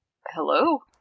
Hello